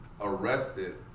arrested